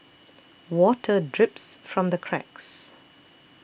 water drips from the cracks